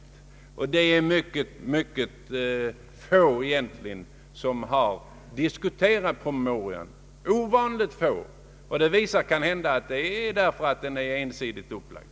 Ovanliet få har diskuterat promemorian, och det beror kanske på att den är så ensidigt upplagd.